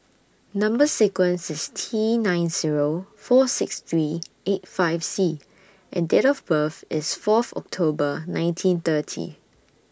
Number sequence IS T nine Zero four six three eight five C and Date of birth IS Fourth October nineteen thirty